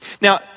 Now